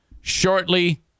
shortly